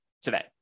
today